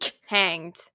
hanged